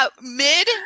mid